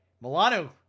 Milano